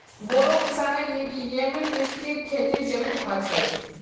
बोड़ो किसानेर लिगि येमं विस्तृत खेतीर जमीन ह छे